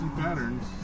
patterns